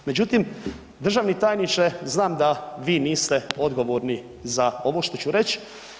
Međutim, državni tajniče znam da vi niste odgovorni za ovo što ću reć.